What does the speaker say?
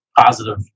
Positive